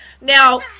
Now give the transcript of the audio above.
Now